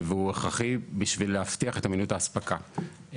והוא הכרחי בשביל להבטיח את אמינות האספקה.